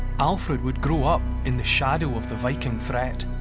alfred would grow up in the shadow of the viking threat.